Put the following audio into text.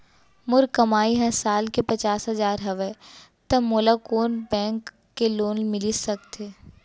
मोर कमाई ह साल के पचास हजार हवय त मोला कोन बैंक के लोन मिलिस सकथे?